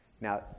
Now